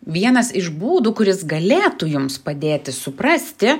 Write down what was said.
vienas iš būdų kuris galėtų jums padėti suprasti